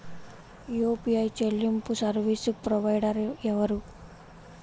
UPI చెల్లింపు service provider ఎవరు?